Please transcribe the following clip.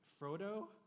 Frodo